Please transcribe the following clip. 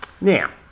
Now